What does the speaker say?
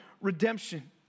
redemption